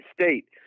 State